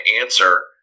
answer